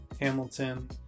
Hamilton